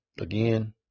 Again